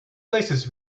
places